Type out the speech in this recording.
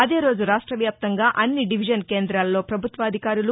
అదేరోజు రాష్టవ్యాప్తంగా అన్ని డివిజన్ కేందాల్లో పభుత్వాధికారులు